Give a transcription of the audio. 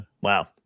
Wow